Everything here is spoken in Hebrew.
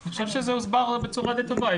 אני חושב שזה הוסבר בצורה די טובה.